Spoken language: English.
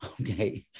okay